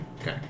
Okay